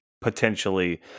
potentially